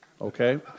Okay